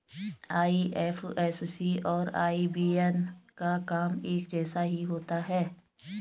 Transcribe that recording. IFSC और IBAN का काम एक जैसा ही होता है